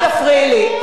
לא שיקרתי, אל תפריעי לי.